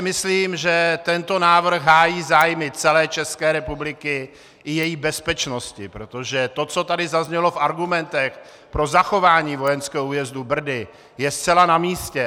Myslím si, že tento návrh hájí zájmy celé České republiky i její bezpečnosti, protože to, co tady zaznělo v argumentech pro zachování vojenského újezdu Brdy, je zcela namístě.